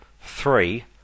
three